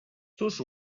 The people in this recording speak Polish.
cóż